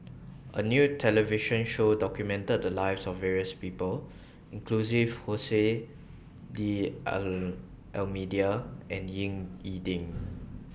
A New television Show documented The Lives of various People including Jose D'almeida and Ying E Ding